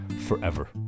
forever